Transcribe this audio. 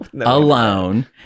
alone